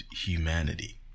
humanity